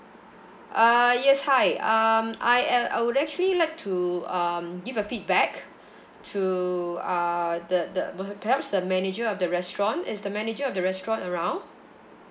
uh yes hi um I ac~ I would actually like to um give a feedback to uh the the pe~ perhaps the manager of the restaurant is the manager of the restaurant around